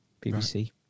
BBC